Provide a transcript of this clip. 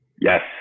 Yes